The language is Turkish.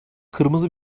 kırmızı